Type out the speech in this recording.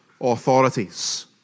authorities